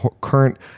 current